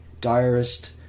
diarist